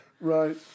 Right